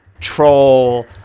troll